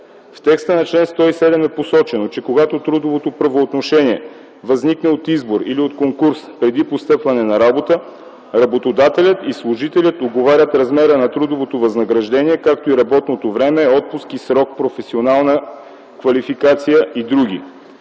В текста на чл. 107 е посочено, че когато трудовото правоотношение възникне от избор или от конкурс преди постъпване на работа, работодателят и служителят уговарят размера на трудовото възнаграждение, както и работното време, отпуски, срок, професионална квалификация и др.